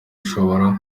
ishobora